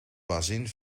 bazin